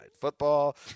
football